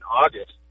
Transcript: August